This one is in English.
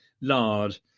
lard